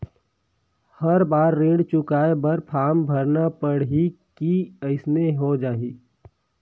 हर बार ऋण चुकाय बर फारम भरना पड़ही की अइसने हो जहीं?